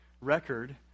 record